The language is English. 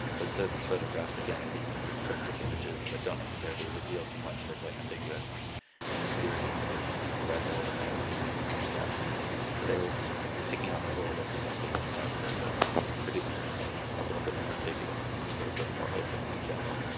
but soth's photographs again are these kinds of cryptic images that don't necessarily reveal too much, they're quite ambiguous and mysterious and then brad zeller's texts kind of matched that. so they were taking on the role of the newspaper photographer but producing something a little bit more ambiguous and a little bit more open in general.